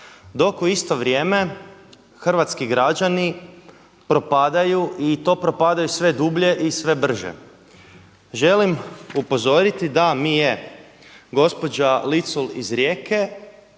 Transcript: dok u isto vrijeme hrvatski građani propadaju i to propadaju sve dublje i sve brže. Želim upozoriti da mi je gospođa Licul iz Rijeke